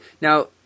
Now